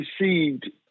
received